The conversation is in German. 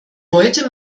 heute